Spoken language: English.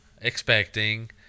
expecting